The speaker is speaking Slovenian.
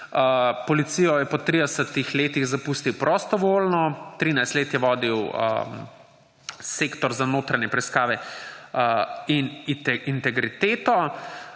Policijo je po 30 letih zapustil prostovoljno. 13 let je vodil Sektor za notranje preiskave in integriteto